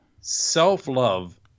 self-love